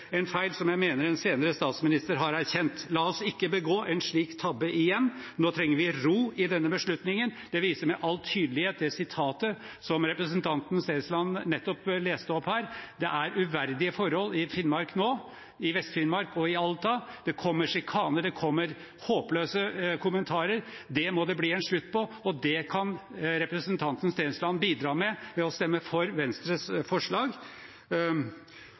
en feil som jeg mener en senere statsminister har erkjent. La oss ikke begå en slik tabbe igjen. Nå trenger vi ro i denne beslutningen. Det viser med all tydelighet det sitatet som representanten Stensland nettopp leste opp her. Det er uverdige forhold i Finnmark nå – i Vest-Finnmark og i Alta. Det kommer sjikane, det kommer håpløse kommentarer. Det må det bli en slutt på, og det kan representanten Stensland bidra til ved å stemme for Venstres forslag.